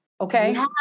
Okay